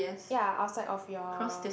ya outside of your